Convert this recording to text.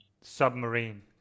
Submarine